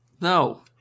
No